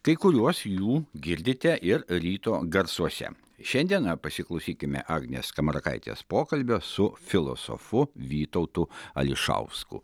kai kuriuos jų girdite ir ryto garsuose šiandieną pasiklausykime agnės skamarakaitės pokalbio su filosofu vytautu ališausku